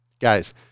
Guys